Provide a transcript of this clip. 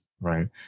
right